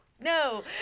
No